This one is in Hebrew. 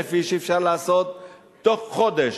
20,000 איש, אפשר לעשות בתוך חודש,